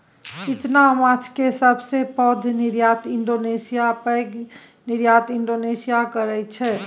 इचना माछक सबसे पैघ निर्यात इंडोनेशिया करैत छै